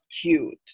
cute